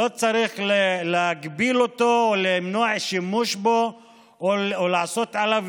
לא צריך להגביל או למנוע שימוש בו או לעשות עליו